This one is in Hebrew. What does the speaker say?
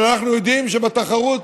אבל אנחנו יודעים שהתחרות,